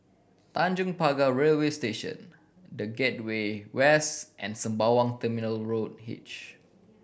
Tanjong Pagar Railway Station The Gateway West and Sembawang Terminal Road H